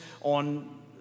on